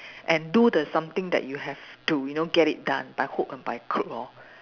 and do the something that you have to you know get it done by hook and by crook lor